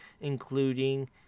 including